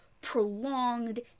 prolonged